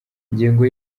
ingengo